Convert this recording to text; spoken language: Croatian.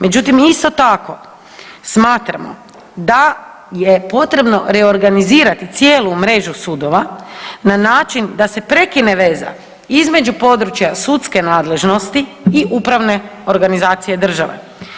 Međutim, isto tako smatramo da je potrebno reorganizirati cijelu mrežu sudova na način da se prekine veza između područja sudske nadležnosti i upravne organizacije države.